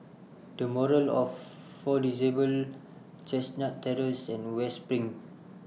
The Moral of For Disabled Chestnut Terrace and West SPRING